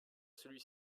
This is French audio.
celui